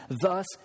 thus